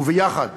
וביחד